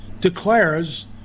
declares